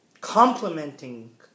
complementing